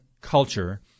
culture